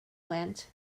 went